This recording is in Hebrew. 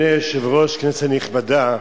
אדוני היושב-ראש, כנסת נכבדה,